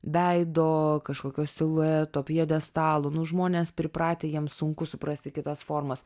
veido kažkokio silueto pjedestalų nu žmonės pripratę jiems sunku suprasti kitas formas